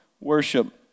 worship